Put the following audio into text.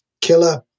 killer